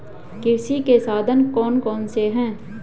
कृषि के साधन कौन कौन से हैं?